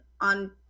on